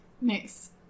Nice